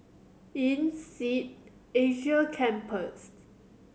INSEAD Asia Campus